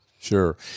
sure